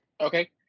Okay